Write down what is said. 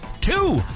two